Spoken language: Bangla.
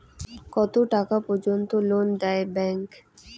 কত টাকা পর্যন্ত লোন দেয় ব্যাংক?